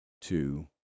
two